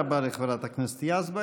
תודה רבה לחברת הכנסת יזבק.